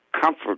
comfort